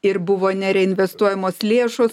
ir buvo nereinvestuojamos lėšos